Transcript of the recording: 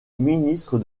ministre